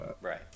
Right